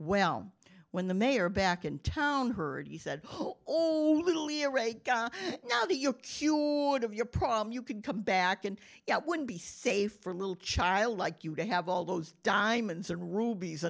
well when the mayor back in town heard he said now that you're cured of your problem you could come back and it wouldn't be safe for a little child like you to have all those diamonds and rubies